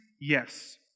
Yes